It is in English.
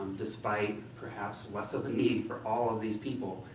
despite, perhaps, less of a need for all of these people,